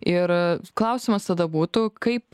ir klausimas tada būtų kaip